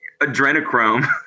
adrenochrome